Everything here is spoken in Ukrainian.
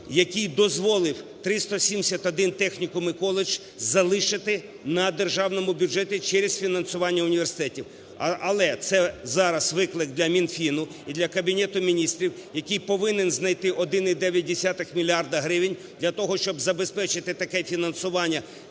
який дозволив 371 технікум і коледж залишити на державному бюджеті через фінансування університетів. Але це зараз виклик для Мінфіну і для Кабінету Міністрів, який повинен знайти 1,9 мільярди гривень для того, щоб забезпечити таке фінансування